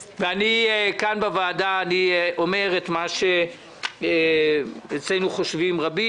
כאן בוועדה אני אומר את מה שאצלנו חושבים רבים.